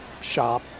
shop